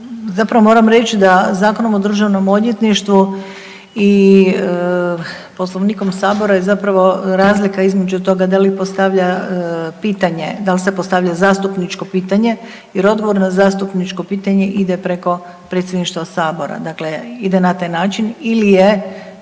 Zapravo moram reći da Zakonom o državnom odvjetništvu i Poslovnikom Sabora je zapravo razlika između toga da li postavlja pitanje dal se postavlja zastupničko pitanje jer odgovor na zastupničko pitanje ide preko predsjedništva sabora, dakle ide na taj način ili je